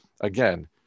Again